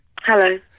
Hello